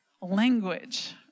language